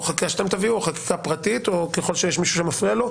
או חקיקה שאתם תביאו או חקיקה פרטית או ככל שיש מישהו שמפריע לו.